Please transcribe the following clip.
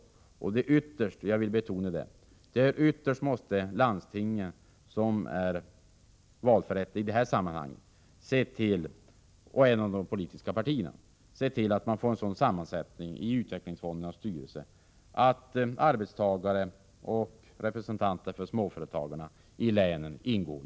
Ytterst måste landstingen — jag vill betona detta — som är valförrättare i detta sammanhang, och de politiska partierna se till att man får en sådan sammansättning på utvecklingsfondernas styrelser att arbetstagare och representanter för småföretagarna i länet ingår.